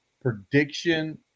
Prediction